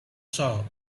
sour